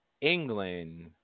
England